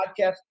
podcast